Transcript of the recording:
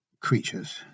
creatures